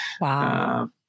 Wow